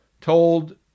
told